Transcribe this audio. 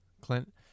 Clint